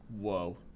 Whoa